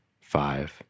five